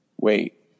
wait